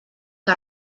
que